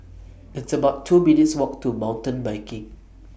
It's about two minutes' Walk to Mountain Biking